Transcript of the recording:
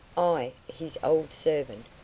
i, his old servant,